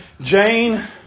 Jane